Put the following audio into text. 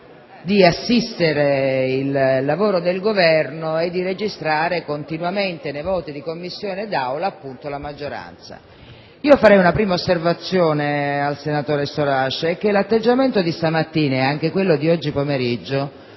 di assistere il lavoro del Governo e di registrare continuamente nelle votazioni di Commissione e di Aula, appunto, la maggioranza. Vorrei fare una prima osservazione al senatore Storace, cioè che l'atteggiamento di stamattina e di ieri pomeriggio